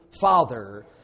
Father